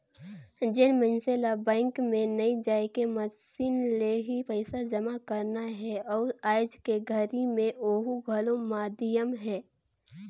जेन मइनसे ल बैंक मे नइ जायके मसीन ले ही पइसा जमा करना हे अउ आयज के घरी मे ओहू घलो माधियम हे